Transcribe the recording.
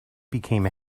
became